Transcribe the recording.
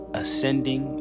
ascending